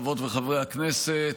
חברות וחברי הכנסת,